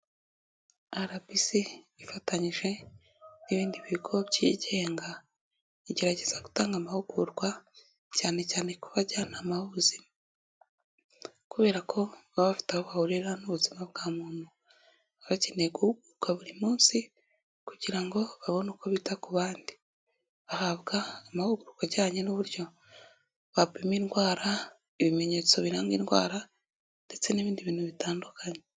RBC ifatanyije n'ibindi bigo byigenga igerageza gutanga amahugurwa cyane cyane ku bajyanama b'ubuzima kubera ko baba bafite aho bahurira n'ubuzima bwa muntu baba bakeneye guhugurwa buri munsi kugira ngo babone uko bita ku bandi, bahabwa amahugurwa ajyanye n'uburyo bapima indwara, ibimenyetso biranga indwara ndetse n'ibindi bintu bitandukanye.